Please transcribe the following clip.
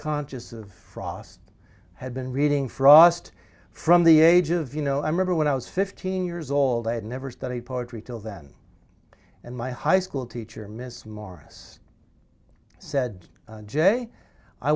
conscious of frost had been reading frost from the age of you know i remember when i was fifteen years old i had never studied poetry till then and my high school teacher miss morris said